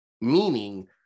meaning